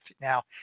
Now